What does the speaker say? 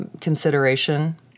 consideration